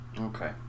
Okay